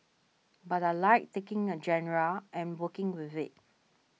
but I like taking a genre and working with it